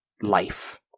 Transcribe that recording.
life